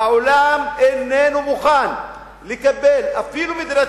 העולם איננו מוכן לקבל אפילו את מדינת